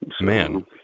Man